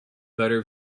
better